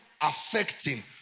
affecting